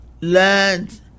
learned